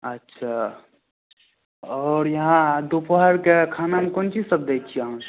अच्छा आओर यहाँ दुपहरके खानामे कोन चीज सब दै छियै अहाँ